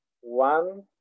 one